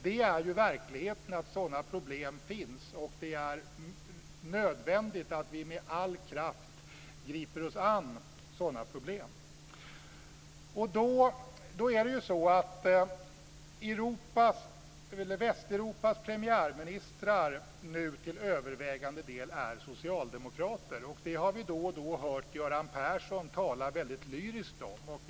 Det är verkligheten. Sådana problem finns. Det är nödvändigt att vi med all kraft griper oss an sådana problem. Västeuropas premiärministrar är till övervägande del socialdemokrater. Det har vi då och då hört Göran Persson tala lyriskt om.